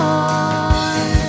on